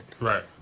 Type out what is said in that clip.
right